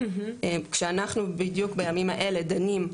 כשאנחנו בדיוק בימים אלה דנים,